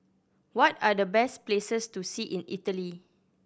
what are the best places to see in Italy